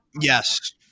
Yes